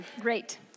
Great